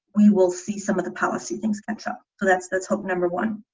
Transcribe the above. we will see some of the policy things catch up but that's that's hope number one.